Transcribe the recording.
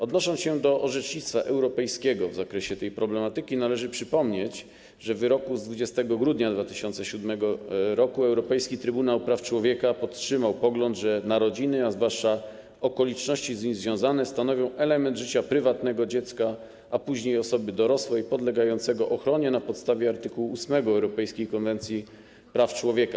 Odnosząc się do orzecznictwa europejskiego w zakresie tej problematyki, należy przypomnieć, że w wyroku z dnia 20 grudnia 2007 r. Europejski Trybunał Praw Człowieka podtrzymał podgląd, że narodziny, a zwłaszcza okoliczności z nimi związane, stanowią element życia prywatnego dziecka, a później osoby dorosłej, który podlega ochronie na podstawie art. 8 Europejskiej konwencji praw człowieka.